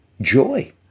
joy